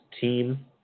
team